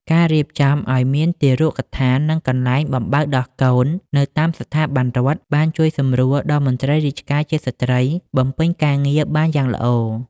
ការរៀបចំឱ្យមានទារកដ្ឋាន និងកន្លែងបំបៅដោះកូននៅតាមស្ថាប័នរដ្ឋ បានជួយសម្រួលដល់មន្ត្រីរាជការជាស្ត្រីឱ្យបំពេញការងារបានយ៉ាងល្អ។